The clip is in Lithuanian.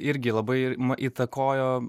irgi labai ir įtakojo